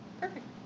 Perfect